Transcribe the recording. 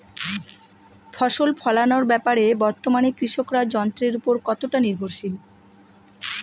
ফসল ফলানোর ব্যাপারে বর্তমানে কৃষকরা যন্ত্রের উপর কতটা নির্ভরশীল?